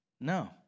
No